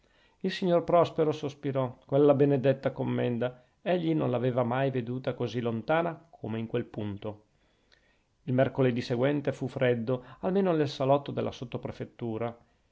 il signor prospero sospirò quella benedetta commenda egli non l'aveva mai veduta così lontana come in quel punto il mercoledì seguente fu freddo almeno nel salotto della